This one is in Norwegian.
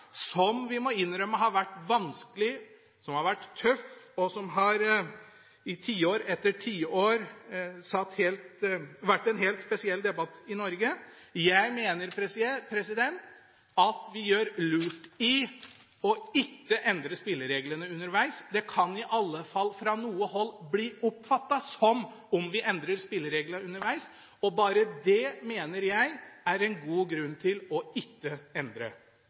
som vi må innrømme har vært vanskelig, som har vært tøff, og som i tiår etter tiår har vært en helt spesiell debatt i Norge. Jeg mener at vi gjør lurt i ikke å endre spillereglene underveis. Det kan i alle fall fra noe hold bli oppfattet som om vi endrer spillereglene underveis, og bare det mener jeg er en god grunn til ikke å endre